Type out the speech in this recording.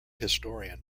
historian